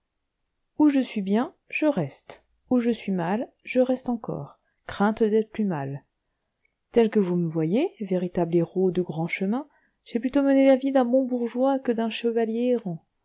où je suis bien je reste où je suis mal je reste encore crainte d'être plus mal tel que vous me voyez véritable héros de grand chemin j'ai plutôt mené la vie d'un bon bourgeois que d'un chevalier errant